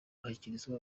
bashyikirizwa